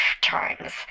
times